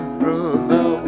brother